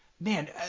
man